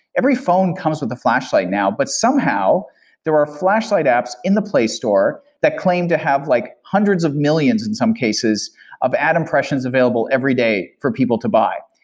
every phone comes with a flashlight now, but somehow there are flashlight apps in the play store that claim to have like hundreds of millions in some cases of ad impressions available every day for people to buy.